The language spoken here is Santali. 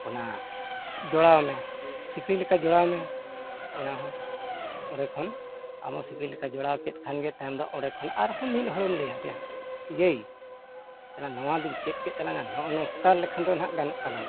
ᱚᱱᱟ ᱡᱚᱲᱟᱣ ᱢᱮ ᱥᱤᱠᱲᱤ ᱞᱮᱠᱟ ᱡᱚᱲᱟᱣᱢᱮ ᱚᱱᱟ ᱦᱚᱸ ᱚᱸᱰᱮ ᱠᱷᱚᱱ ᱟᱢ ᱦᱚᱸ ᱥᱤᱠᱲᱤ ᱞᱮᱠᱟ ᱡᱚᱲᱟᱣ ᱠᱮᱫ ᱠᱷᱟᱱ ᱜᱮ ᱛᱟᱭᱚᱢ ᱫᱚ ᱚᱸᱰᱮ ᱠᱷᱚᱱ ᱟᱨ ᱦᱚᱸ ᱢᱤᱫ ᱦᱚᱲᱮᱢ ᱞᱟᱹᱭ ᱟᱫᱮᱭᱟ ᱛᱟᱞᱟᱝ ᱟ ᱱᱚᱣᱟ ᱫᱚᱧ ᱪᱮᱫ ᱠᱮᱫ ᱛᱟᱞᱟᱝᱟ ᱱᱚᱜ ᱱᱚᱝᱠᱟ ᱞᱮᱠᱷᱟᱱ ᱫᱚ ᱜᱟᱱᱚᱜ ᱛᱟᱞᱟᱝᱟ